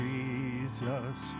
Jesus